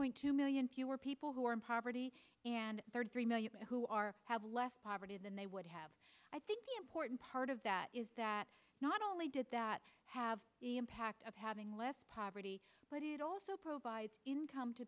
point two million fewer people who are in poverty and thirty three million who are have less poverty than they would have i think part of that is that not only did that have the impact of having less poverty but it also provides income to